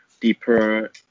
deeper